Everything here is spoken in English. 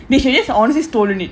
you can just honestly stolen it